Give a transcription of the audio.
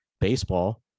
baseball